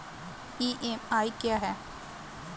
EMI क्या है?